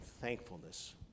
thankfulness